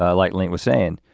ah like link was saying,